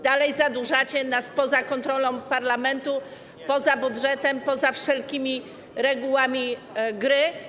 Dalej zadłużacie nas poza kontrolą parlamentu, poza budżetem, poza wszelkimi regułami gry.